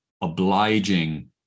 obliging